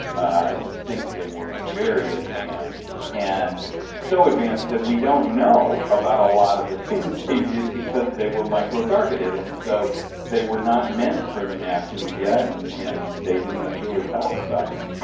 i just think they were very advanced, and so advanced that we don't know about a lot of things they did because they were micro-targeted. and so they were not meant for the mass media and and they didn't necessarily tell us about them.